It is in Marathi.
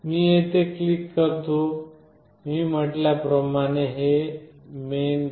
मी येथे क्लिक करतो मी म्हटल्या प्रमाणे हे main